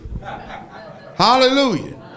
Hallelujah